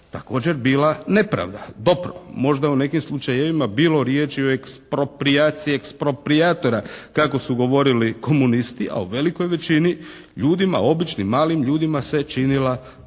također bila nepravda. Dobro. Možda u nekim slučajevima je bilo riječi o ex proprijaciji, ex propriatora kako su govorili komunisti a u velikoj većini ljudima običnim, malim ljudima se činila velika